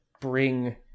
bring